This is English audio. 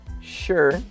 sure